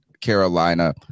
Carolina